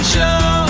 Show